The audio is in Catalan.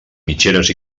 mitgeres